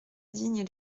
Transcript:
digne